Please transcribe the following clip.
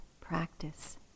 practice